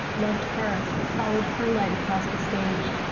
loved her, followed her light across the stage.